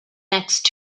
next